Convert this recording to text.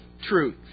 truth